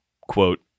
quote